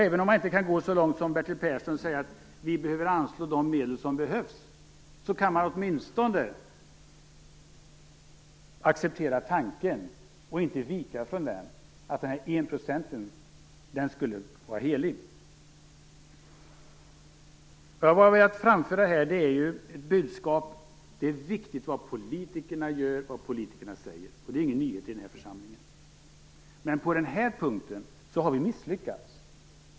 Även om man inte kan gå så långt som Bertil Persson och säga att vi skall anslå de medel som behövs kan man åtminstone acceptera tanken att det enprocentiga biståndet är heligt och inte vika från den. Vad jag har velat framföra är budskapet att det är viktigt vad politikerna gör och vad politikerna säger. Det är ingen nyhet i denna församling. På denna punkt har vi misslyckats.